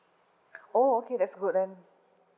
oh okay that's good then